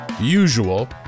usual